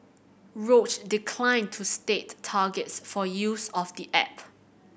Roche declined to state targets for use of the app